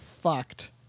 fucked